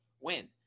win